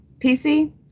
PC